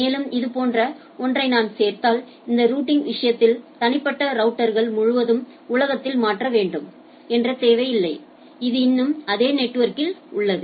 மேலும் இது போன்ற ஒன்றை நான் சேர்த்தால் இந்தரூட்டிங் விஷயங்கள் தனிப்பட்ட ரவுட்டர்கள் முழுவதும் உலகத்தில் மாற்ற வேண்டும் என்ற தேவையில்லை அது இன்னும் அதே நெட்வொர்க்கில் உள்ளது